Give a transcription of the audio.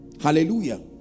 Hallelujah